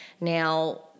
now